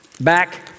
back